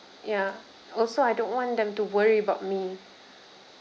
ya also I don't want them to worry about me